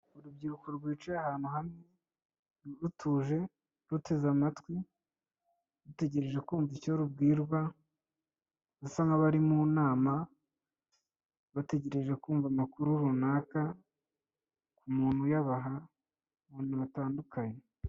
Urubyiruko rwicaye ahantu hamwe, rutuje, ruteze amatwi, rutegereje kumva icyo rubwirwa basa nk'abari mu nama, bategereje kumva amakuru runaka, umuntu uyabaha, abantu batandukanye.